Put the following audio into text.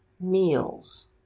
MEALS